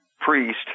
priest